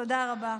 תודה רבה.